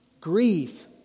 grief